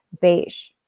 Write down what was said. beige